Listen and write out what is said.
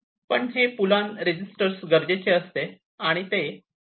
पण हे pull on registers गरजेचे असते आणि आणि ते 4